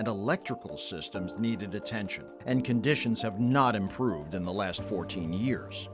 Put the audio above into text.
electrical systems needed attention and conditions have not improved in the last fourteen years